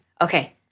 Okay